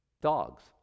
dogs